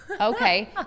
Okay